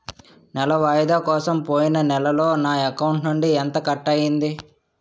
నెల వాయిదా కోసం పోయిన నెలలో నా అకౌంట్ నుండి ఎంత కట్ అయ్యింది?